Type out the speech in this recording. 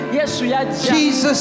Jesus